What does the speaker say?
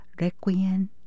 Requiem